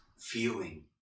feeling